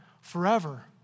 forever